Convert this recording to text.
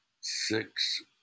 six